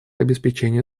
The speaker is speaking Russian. обеспечению